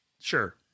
Sure